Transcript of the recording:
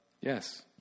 Yes